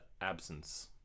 absence